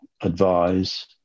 advise